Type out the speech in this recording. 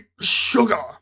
sugar